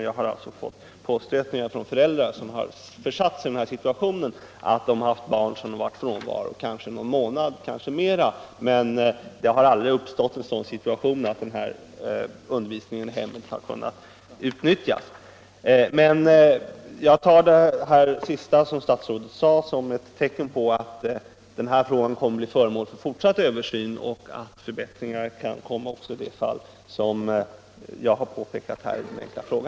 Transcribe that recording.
Jag har fått påstötningar från föräldrar som haft barn med någon månads eller kanske längre tids frånvaro, men den situationen har aldrig uppstått att de kunnat få undervisning i hemmet. Jag tar det sista som statsrådet sade som ett tecken på att den här frågan kommer att bli föremål för fortsatt översyn och att förbättringar kan komma också i de fall som jag har pekat på i min fråga.